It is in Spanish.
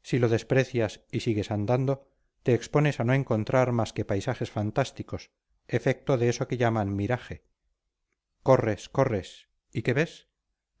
si lo desprecias y sigues andando te expones a no encontrar más que paisajes fantásticos efecto de eso que llaman miraje corres corres y qué ves